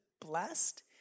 blessed